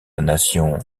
nation